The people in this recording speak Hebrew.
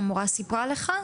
האם המורה סיפרה לך?